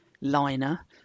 liner